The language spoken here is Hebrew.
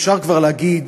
אפשר כבר להגיד